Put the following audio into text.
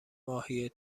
ماهی